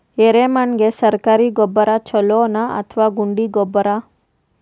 ಎರೆಮಣ್ ಗೆ ಸರ್ಕಾರಿ ಗೊಬ್ಬರ ಛೂಲೊ ನಾ ಅಥವಾ ಗುಂಡಿ ಗೊಬ್ಬರ?